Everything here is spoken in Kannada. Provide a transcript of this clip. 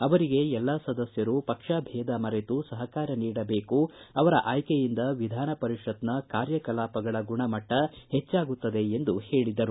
ಅವರಿಗೆ ಎಲ್ಲಾ ಸದಸ್ಕರು ಪಕ್ಷ ಭೇದ ಮರೆತು ಸಹಕಾರ ನೀಡಬೇಕು ಅವರ ಆಯ್ಕೆಯಿಂದ ವಿಧಾನಪರಿಷತ್ನ ಕಾರ್ಯ ಕಲಾಪಗಳ ಗುಣಮಟ್ಟ ಹೆಚ್ಚಾಗುತ್ತದೆ ಎಂದು ಹೇಳಿದರು